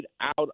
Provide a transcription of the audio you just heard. out